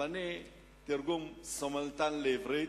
אבל אני אתרגם בתרגום סימולטני לעברית,